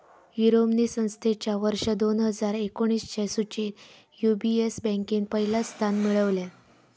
Euromoney संस्थेच्या वर्ष दोन हजार एकोणीसच्या सुचीत यू.बी.एस बँकेन पहिला स्थान मिळवल्यान